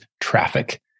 traffic